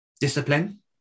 discipline